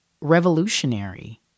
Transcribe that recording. revolutionary